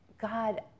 God